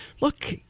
look